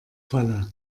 falle